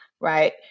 right